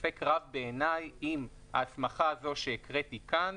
ספק רב בעיניי אם ההסמכה הזו שהקראתי כאן